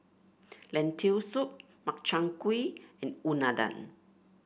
Lentil Soup Makchang Gui and Unadon